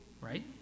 Right